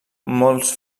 molts